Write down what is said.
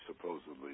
supposedly